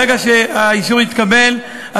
ברגע שהאישור יתקבל,